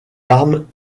armes